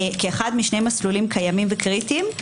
כאחד משני מסלולים קיימים וקריטיים.